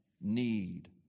need